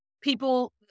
people